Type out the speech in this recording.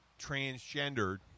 transgendered